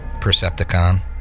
Percepticon